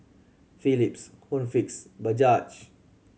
Philips Home Fix Bajaj